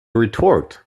retort